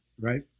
right